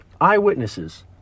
eyewitnesses